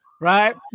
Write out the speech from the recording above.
right